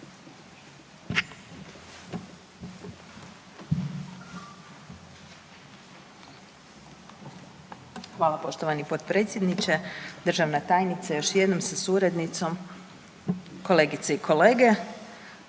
Hvala poštovani potpredsjedniče. Državna tajnice još jednom sa suradnicom. Kolegice i kolege.